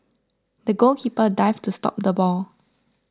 the goalkeeper dived to stop the ball